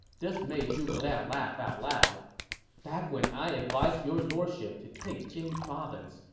this made zhuge liang laugh out loud back when i advised your lordship to take jing province,